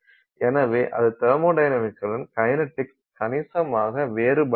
எனவே அதே தெர்மொடைனமிக்ஸுடன் கைனடிக்ஸ் கணிசமாக வேறுபடலாம்